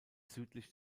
südlich